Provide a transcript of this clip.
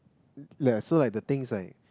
ya so like the things like